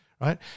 right